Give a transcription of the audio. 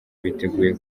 biteguye